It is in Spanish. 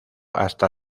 hasta